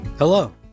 Hello